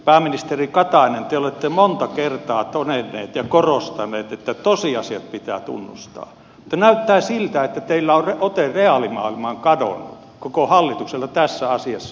pääministeri katainen te olette monta kertaa todennut ja korostanut että tosiasiat pitää tunnustaa mutta näyttää siltä että teillä on ote reaalimaailmaan kadonnut koko hallitukselta tässä asiassa